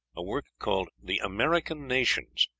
a work called the american nations,